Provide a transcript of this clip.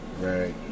right